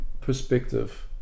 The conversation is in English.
perspective